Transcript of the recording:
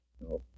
No